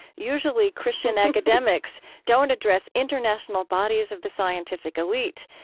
usually christian academics don't address international bodies of the scientific elite.